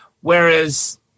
whereas